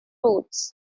routes